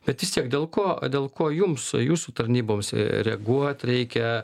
bet vis tiek dėl ko dėl ko jums jūsų tarnyboms reaguot reikia